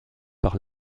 par